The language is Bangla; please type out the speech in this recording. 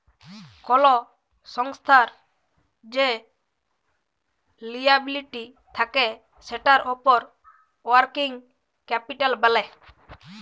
কল সংস্থার যে লিয়াবিলিটি থাক্যে সেটার উপর ওয়ার্কিং ক্যাপিটাল ব্যলে